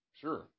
Sure